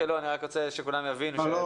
אני רק רוצה שכולם יבינו.